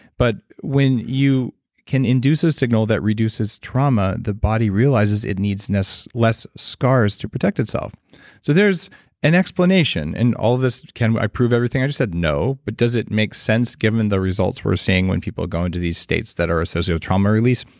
but when you can induce a signal that reduces trauma, the body realizes it needs less less scars to protect itself so there's an explanation, and can i prove everything i just said? no. but does it make sense given the results we're seeing when people go into these states that are a socio trauma release?